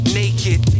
naked